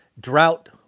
drought-